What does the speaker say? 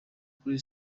kuri